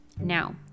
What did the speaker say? Now